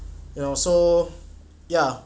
you know so ya